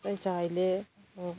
यही छ अहिले